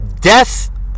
death